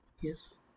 Yes